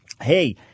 hey